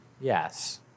Yes